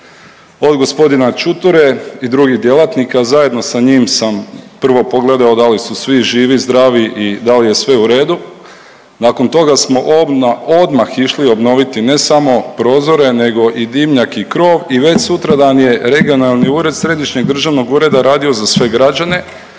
Od gospodina Čuture i drugih djelatnika zajedno sa njim sam prvo pogledao da li su svi živi, zdravi i da li je sve u redu, nakon toga smo odma išli obnoviti ne samo prozore nego i dimnjak i krov i već sutradan je regionalni ured središnjeg državnog ureda radio za sve građane,